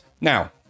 Now